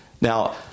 Now